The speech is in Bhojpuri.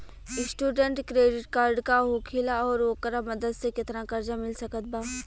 स्टूडेंट क्रेडिट कार्ड का होखेला और ओकरा मदद से केतना कर्जा मिल सकत बा?